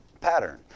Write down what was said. pattern